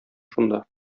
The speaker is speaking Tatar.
шунда